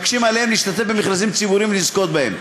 ומקשים עליהם להשתתף במכרזים ציבוריים ולזכות בהם.